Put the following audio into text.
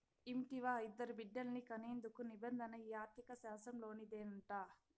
ఇంటివా, ఇద్దరు బిడ్డల్ని కనేందుకు నిబంధన ఈ ఆర్థిక శాస్త్రంలోనిదేనంట